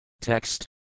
Text